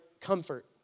comfort